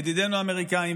ידידינו האמריקאים,